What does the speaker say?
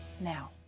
now